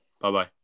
Bye-bye